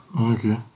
Okay